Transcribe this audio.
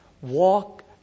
Walk